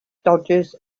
dodges